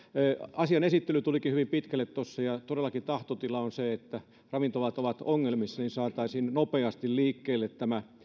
asian esittely tulikin hyvin pitkälle tuossa ja todellakin tahtotila on se että kun ravintolat ovat ongelmissa niin saataisiin nopeasti liikkeelle tämä